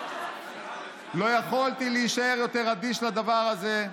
לא יכולתי להישאר יותר אדיש לדבר הזה,